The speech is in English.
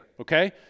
okay